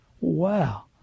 Wow